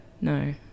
no